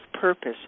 purpose